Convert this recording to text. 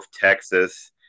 Texas